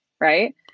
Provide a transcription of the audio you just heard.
right